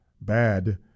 bad